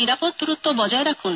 নিরাপদ দূরত্ব বজায় রাখুন